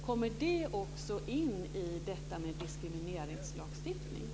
Kommer det också in i detta med diskrimineringslagstiftningen?